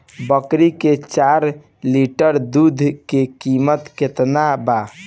बकरी के चार लीटर दुध के किमत केतना बा?